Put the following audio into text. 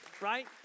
right